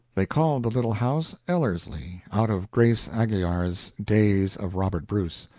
they called the little house ellerslie, out of grace aguilar's days of robert bruce.